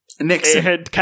Nixon